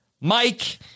Mike